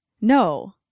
no